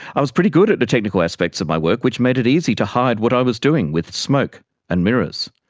i was pretty good at the technical aspects of my work, which made it easy to hide what i was doing with smoke and mirrors.